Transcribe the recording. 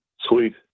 Sweet